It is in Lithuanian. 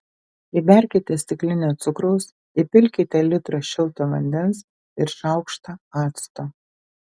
įberkite stiklinę cukraus įpilkite litrą šilto vandens ir šaukštą acto